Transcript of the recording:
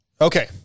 okay